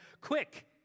quick